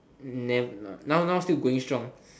never no now now still going strong